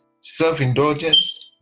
self-indulgence